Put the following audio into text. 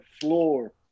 floor